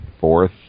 fourth